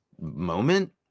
moment